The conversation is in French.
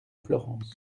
florence